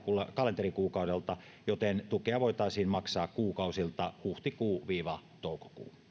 kalenterikuukaudelta joten tukea voitaisiin maksaa kuukausilta huhtikuu toukokuu